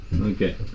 Okay